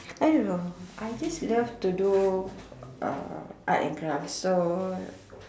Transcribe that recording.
I don't know I just love to do uh art and craft so